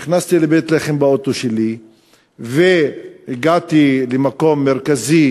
נכנסתי לבית-לחם באוטו שלי והגעתי למקום מרכזי,